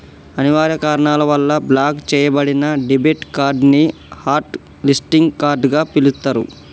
అనివార్య కారణాల వల్ల బ్లాక్ చెయ్యబడిన డెబిట్ కార్డ్ ని హాట్ లిస్టింగ్ కార్డ్ గా పిలుత్తరు